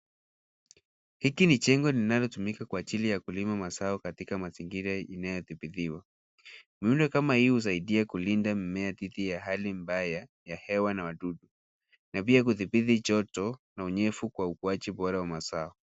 Hiki jengo linalotumika kwa ajili ya kulima mazao katika mazingira inayoyadhibitiwa ,muundo kama hii husaidia kulinda mimea dhidi ya hali mbaya ya hewa na wadudu na pia kudhibiti joto na unyevu kwa ukuaji bora wa mazao.